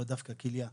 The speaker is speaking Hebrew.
לאו דווקא כליה,